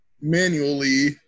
manually